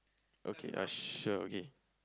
okay uh sure okay